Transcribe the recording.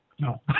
No